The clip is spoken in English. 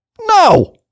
no